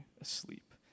asleep